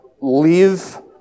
live